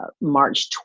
March